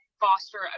foster